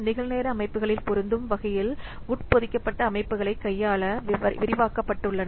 நிகழ்நேர அமைப்புகளில் பொருந்தும் வகையில் உட்பொதிக்கப்பட்ட அமைப்புகளைக் கையாள விரிவாக்கப்பட்டுள்ளன